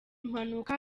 mpanuka